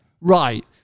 Right